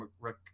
Rick